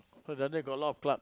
cause down there got a lot of plug